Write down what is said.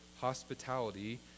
hospitality